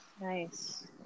Nice